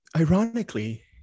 Ironically